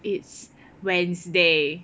it's Wednesday